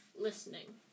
listening